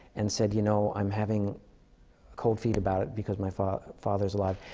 and said, you know, i'm having cold feet about it, because my fa father's alive.